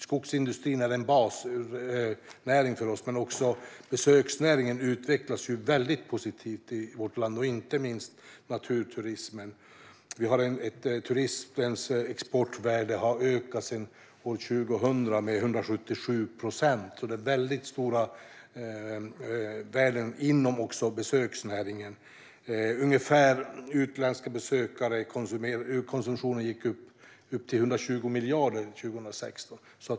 Skogsindustrin är en basnäring för oss, men också besöksnäringen utvecklas väldigt positivt i vårt land, inte minst naturturismen. Turismens exportvärde har ökat med 177 procent sedan år 2000, och det finns väldigt stora värden också inom besöksnäringen. De utländska besökarnas konsumtion uppgick till ungefär 120 miljarder 2016.